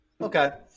Okay